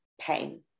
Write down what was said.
pain